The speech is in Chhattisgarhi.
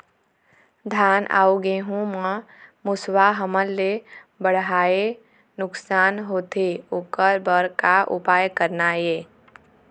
धान अउ गेहूं म मुसवा हमन ले बड़हाए नुकसान होथे ओकर बर का उपाय करना ये?